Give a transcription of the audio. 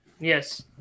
Yes